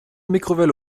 mikrowelle